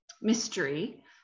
mystery